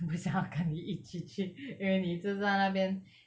我不想要跟你一起去因为你一直在那边